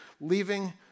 leaving